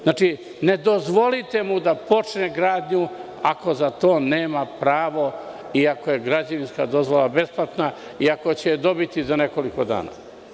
Znači, ne dozvolite mu da počne gradnju ako za to nema pravo, i ako je građevinska dozvola besplatna, iako će je dobiti za nekoliko dana.